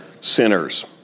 sinners